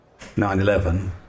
9-11